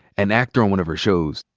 an actor on one of her shows.